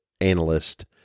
analyst